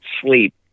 sleep